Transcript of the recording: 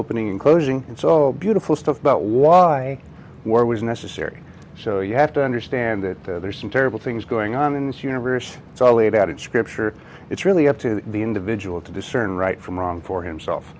opening and closing it's all beautiful stuff about why war was necessary so you have to understand that there are some terrible things going on in this universe it's all laid out in scripture it's really up to the individual to discern right from wrong for himself